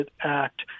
act